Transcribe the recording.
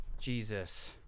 Jesus